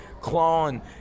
clawing